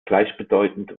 gleichbedeutend